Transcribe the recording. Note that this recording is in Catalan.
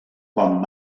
quan